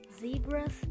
zebras